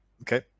Okay